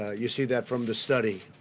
ah you see that from the study.